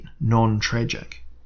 non-tragic